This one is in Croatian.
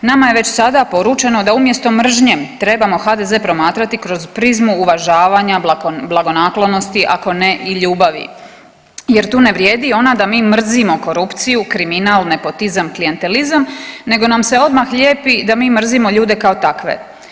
Nama je već sada poručeno da umjesto mržnje trebamo HDZ promatrati kroz prizmu uvažavanja, blagonaklonosti ako ne i ljubavi jer tu ne vrijedi ona da mi mrzimo korupciju, kriminal, nepotizam, klijentelizam nego nam se odmah lijepi da mrzimo ljude kao takve.